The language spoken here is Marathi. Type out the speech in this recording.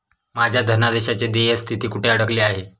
माझ्या धनादेशाची देय स्थिती कुठे अडकली आहे?